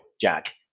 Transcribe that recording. Jack